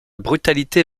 brutalité